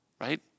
Right